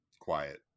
quiet